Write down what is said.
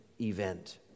event